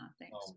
thanks